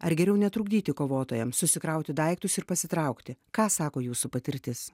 ar geriau netrukdyti kovotojam susikrauti daiktus ir pasitraukti ką sako jūsų patirtis